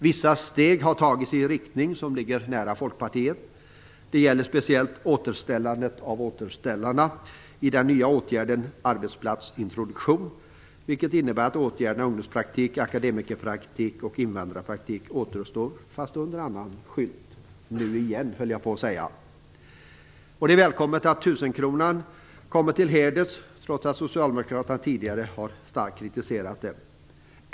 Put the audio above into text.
Vissa steg har tagits i en riktning som ligger nära Folkpartiets. Det gäller speciellt återställandet av "återställarna" i den nya åtgärden arbetsplatsintroduktion, vilket innebär att åtgärderna ungdomspraktik, akademikerpraktik och invandrarpraktik återuppstår - fast under annan skylt - nu igen, höll jag på att säga. Det är välkommet att tusenkronan kommer till heders trots att Socialdemokraterna tidigare starkt har kritiserat den.